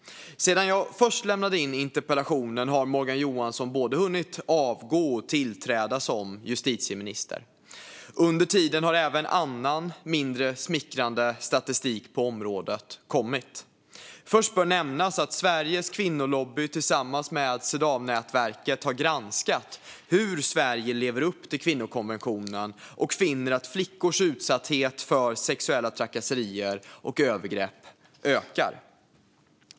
Sedan jag först lämnade in interpellationen har Morgan Johansson både hunnit avgå och tillträda som justitieminister. Under tiden har även annan mindre smickrande statistik på området kommit. Först bör nämnas att Sveriges Kvinnolobby tillsammans med Cedawnätverket har granskat hur Sverige lever upp till kvinnokonventionen och finner att flickors utsatthet för sexuella trakasserier och övergrepp ökar.